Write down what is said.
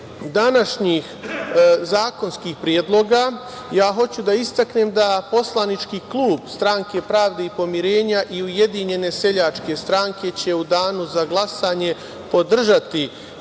današnjih zakonskih predloga, ja hoću da istaknem da poslanički klub Stranke pravde i pomirenja i Ujedinjene seljačke stranke će u danu za glasanje podržati